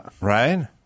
right